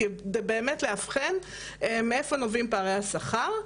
באמת לאבחן מאיפה נובעים פערי השכר,